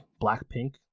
blackpink